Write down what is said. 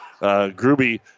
Gruby